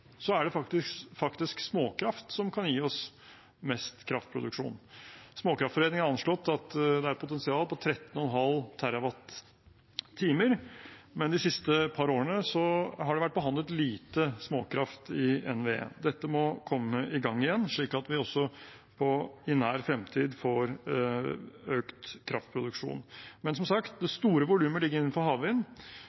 er det faktisk småkraft som kan gi oss mest kraftproduksjon. Småkraftforeninga har anslått at det er et potensial på 13,5 TWh, men de siste par årene har det vært behandlet lite småkraft i NVE. Dette må komme i gang igjen, slik at vi også i nær fremtid får økt kraftproduksjonen. Men som sagt, det